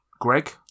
greg